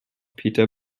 peter